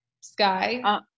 Sky